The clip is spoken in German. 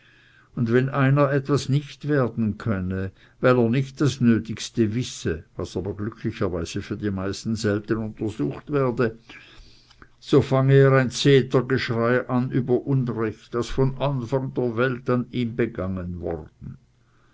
und wenn einer etwas nicht werden könne weil er nicht das nötigste wisse was aber glücklicherweise für die meisten selten untersucht werde so fange er ein zetergeschrei an über unrecht das von anfang der welt an an ihm begangen worden